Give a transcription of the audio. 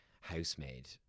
housemaid